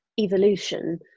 evolution